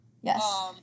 Yes